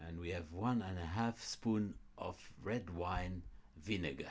and we have one and a half spoon of red wine vinegar